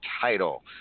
title